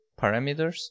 parameters